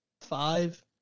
Five